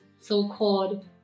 so-called